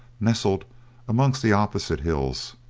nestled amongst the opposite hills,